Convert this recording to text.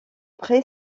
pré